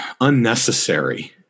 unnecessary